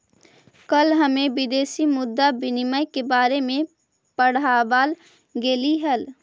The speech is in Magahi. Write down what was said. कल हमें विदेशी मुद्रा विनिमय के बारे में पढ़ावाल गेलई हल